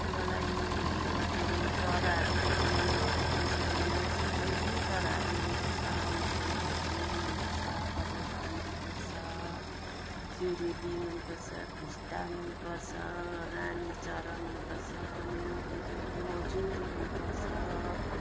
मलाई के अरे चराहरूको विषयमा सबै चराहरू मनपर्छ मलाई ढुकुर मनपर्छ परेवा मनपर्छ जुरेली मनपर्छ फिस्टा मनपर्छ रानीचरा मनपर्छ के अरे मजुर मनपर्छ